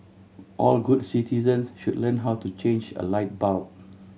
all good citizens should learn how to change a light bulb